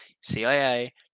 CIA